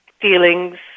feelings